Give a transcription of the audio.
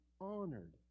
honored